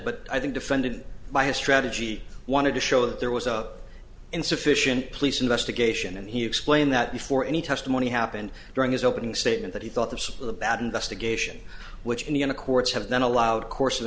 but i think defended by a strategy wanted to show that there was a insufficient police investigation and he explained that before any testimony happened during his opening statement that he thought the sabbat investigation which many in the courts have then allowed course